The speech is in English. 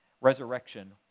Resurrection